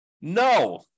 No